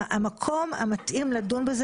המקום המתאים לדון בו,